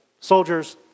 soldiers